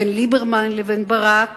בין ליברמן לברק